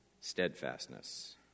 steadfastness